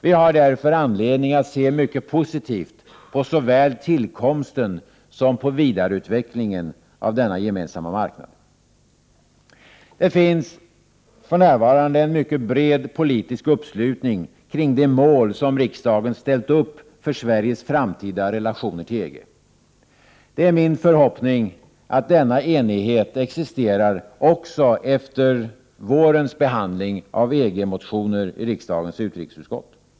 Vi har därför anledning att se mycket positivt på såväl tillkomsten som vidareutvecklingen av denna gemensamma marknad. Det finns för närvarande en mycket bred politisk uppslutning kring de mål som riksdagen ställt upp för Sveriges framtida relationer till EG. Det är min förhoppning att denna enighet existerar också efter vårens behandling av EG-motioner i riksdagens utrikesutskott.